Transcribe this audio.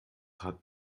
hat